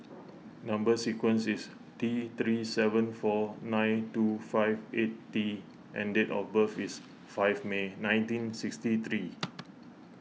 Number Sequence is T three seven four nine two five eight T and date of birth is five May nineteen sixty three